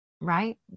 right